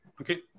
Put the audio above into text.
okay